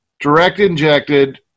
direct-injected